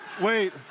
wait